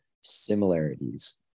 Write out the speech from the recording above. similarities